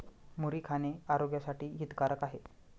मुरी खाणे आरोग्यासाठी हितकारक आहे